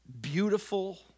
beautiful